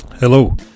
Hello